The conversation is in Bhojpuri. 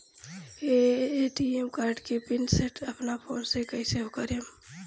ए.टी.एम कार्ड के पिन सेट अपना फोन से कइसे करेम?